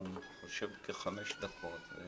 מושך לחמש דקות.